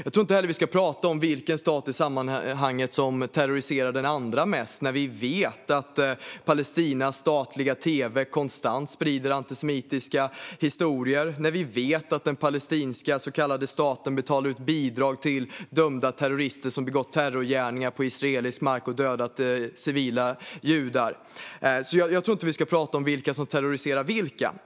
Jag tror inte heller att vi ska prata om vilken stat i sammanhanget som terroriserar den andra mest, när vi vet att Palestinas statliga tv konstant sprider antisemitiska historier och när vi vet att den palestinska så kallade staten betalar ut bidrag till dömda terrorister som begått terrorgärningar på israelisk mark och dödat civila judar. Jag tror inte att vi ska prata om vilka som terroriserar vilka. Herr talman!